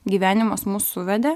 gyvenimas mus suvedė